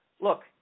Look